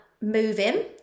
moving